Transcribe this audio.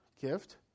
gift